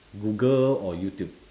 google or youtube